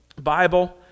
Bible